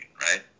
right